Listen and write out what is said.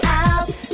out